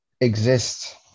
exist